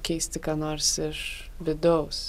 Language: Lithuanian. keisti ką nors iš vidaus